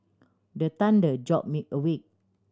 the thunder jolt me awake